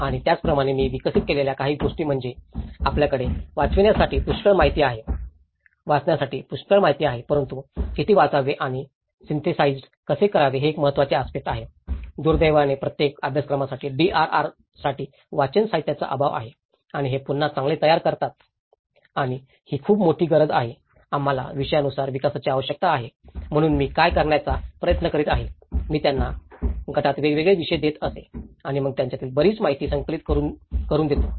आणि त्याचप्रमाणे मी विकसित केलेल्या काही गोष्टी म्हणजे आपल्याकडे वाचण्यासाठी पुष्कळ माहिती आहे परंतु किती वाचावे आणि सिन्थेसाईज्ड कसे करावे हे एक महत्त्वाचे आस्पेक्ट आहे दुर्दैवाने प्रत्येक अभ्यासक्रमासाठी DRR साठी वाचन साहित्याचा अभाव आहे आणि ते पुन्हा चांगले तयार करतात आणि ही खूप मोठी गरज आहे आम्हाला विषयानुसार विकासाची आवश्यकता आहे म्हणून मी काय करण्याचा प्रयत्न करीत आहे मी त्यांना गटात वेगवेगळे विषय देत असे आणि मग त्यावरील बर्याच माहिती संकलित करू देतो